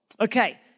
Okay